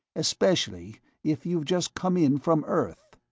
especially if you've just come in from earth.